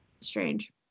strange